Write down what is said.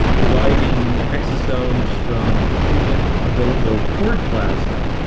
deriving exosomes from human umbilical cord plasma.